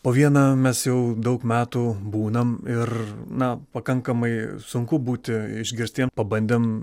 po vieną mes jau daug metų būnam ir na pakankamai sunku būti išgirstiem pabandėm